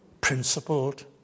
principled